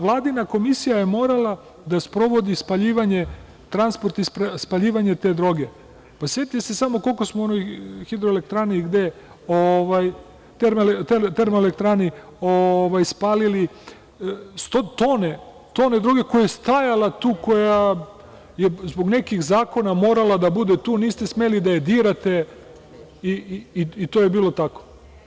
Vladina komisija je morala da sprovodi transport i spaljivanje te droge, pa setite se samo koliko smo u onoj termoelektrani spalili tona droge koja je stajala, koja je zbog nekih zakona morala da bude tu, niste smeli da je dirate, i to je bilo tako.